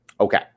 Okay